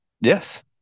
Yes